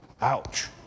Ouch